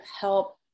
help